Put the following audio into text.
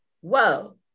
whoa